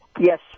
Yes